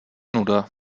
nuda